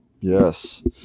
Yes